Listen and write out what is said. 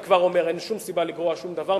אני כבר אומר שאין שום סיבה לגרוע שום דבר,